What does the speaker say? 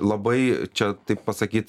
labai čia taip pasakyt